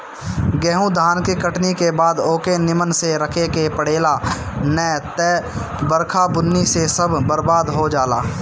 गेंहू धान के कटनी के बाद ओके निमन से रखे के पड़ेला ना त बरखा बुन्नी से सब बरबाद हो जाला